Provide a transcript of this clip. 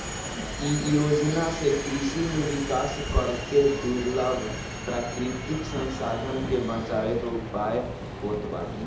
इ योजना से कृषि में विकास करके दुर्लभ प्राकृतिक संसाधन के बचावे के उयाय होत बाटे